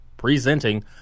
presenting